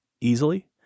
easily